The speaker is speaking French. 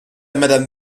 madame